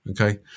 Okay